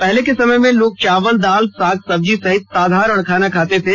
पहले के समय में लोग चावल दाल साग सब्जी सहित साधारण खाना खाते थे